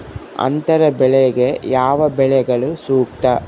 ಅಂತರ ಬೆಳೆಗೆ ಯಾವ ಬೆಳೆಗಳು ಸೂಕ್ತ?